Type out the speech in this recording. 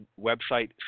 website